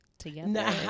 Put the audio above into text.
together